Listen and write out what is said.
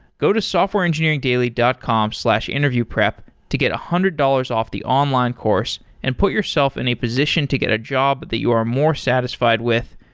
go to softwareengineeringdailya dot com slash interviewprep to get one hundred dollars off the online course and put yourself in a position to get a job that you are more satisfied with,